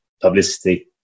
publicity